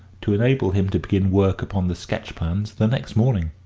to enable him to begin work upon the sketch-plans the next morning.